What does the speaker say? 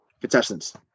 contestants